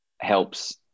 helps